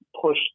push